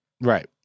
Right